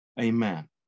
amen